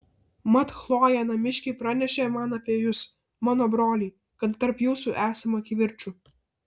mat chlojė namiškiai pranešė man apie jus mano broliai kad tarp jūsų esama kivirčų